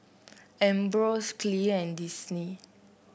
Ambros Clear and Disney